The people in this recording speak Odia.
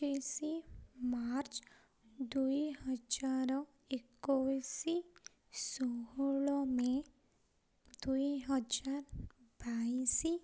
ପଚିଶି ମାର୍ଚ୍ଚ ଦୁଇହଜାର ଏକୋଇଶି ଷୋହଳ ମେ ଦୁଇହଜାର ବାଇଶି